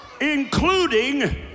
including